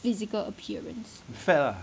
physical appearance